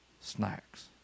snacks